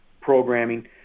programming